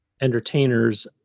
entertainers